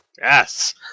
yes